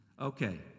Okay